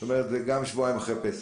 זאת אומרת זה גם שבועיים אחרי פסח.